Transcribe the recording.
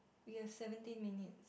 we have seventeen minute